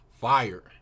fire